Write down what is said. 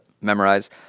memorize